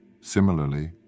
Similarly